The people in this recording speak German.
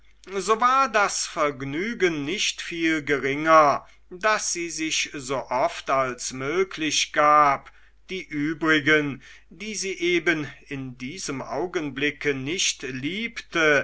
so war das vergnügen nicht viel geringer das sie sich so oft als möglich gab die übrigen die sie eben in diesem augenblicke nicht liebte